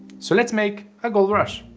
so let's make a gold rush.